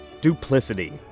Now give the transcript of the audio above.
Duplicity